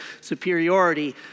superiority